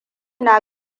na